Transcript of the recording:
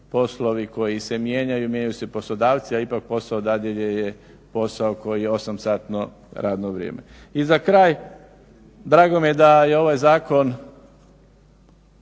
poslovi koji se mijenjaju, mijenjaju se poslodavci, a ipak posao dadilje je posao koji je osam satno radno vrijeme. I za kraj. Drago mi je da je ovaj zakon